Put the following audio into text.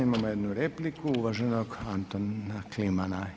Imamo jednu repliku uvaženog Antona Klimana.